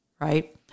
right